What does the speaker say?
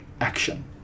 action